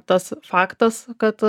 tas faktas kad